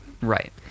Right